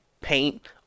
paint